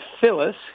Phyllis